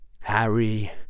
Harry